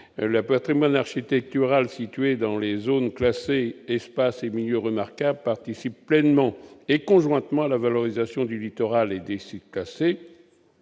Le patrimoine architectural situé dans les zones classées au titre des espaces et milieux remarquables participe pleinement et conjointement à la valorisation du littoral et des sites classés.